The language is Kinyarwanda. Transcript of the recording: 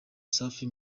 safi